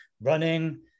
running